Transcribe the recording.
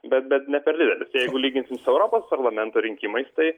bet neperdidelis jeigu lyginsim su europos parlamento rinkimais